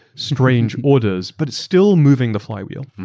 strange orders but still moving the flywheel.